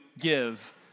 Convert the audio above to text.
give